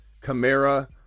Camara